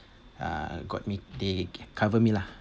uh got me they cover me lah